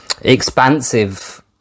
expansive